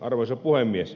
arvoisa puhemies